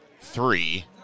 three